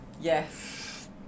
yes